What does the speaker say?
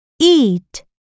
Eat